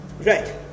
right